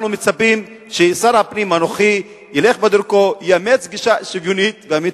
אנחנו מצפים ששר הפנים הנוכחי ילך בדרכו: יאמץ גישה שוויונית אמיתית.